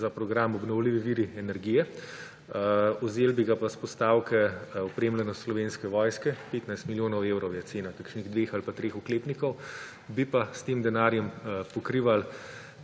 za program Obnovljivi viri energije, vzeli bi ga pa s postavke Opremljenost Slovenske vojske. 15 milijonov evrov je cena kakšnih dveh ali pa treh oklepnikov, bi pa s tem denarjem pokrivali